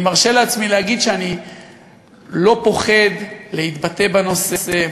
אני מרשה לעצמי להגיד שאני לא פוחד להתבטא בנושא,